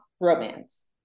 romance